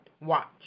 watch